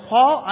Paul